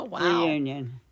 reunion